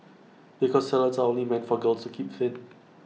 because salads are only meant for girls to keep thin